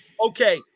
okay